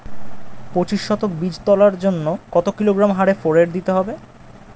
পঁচিশ শতক বীজ তলার জন্য কত কিলোগ্রাম হারে ফোরেট দিতে হবে?